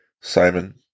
Simon